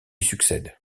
succède